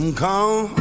come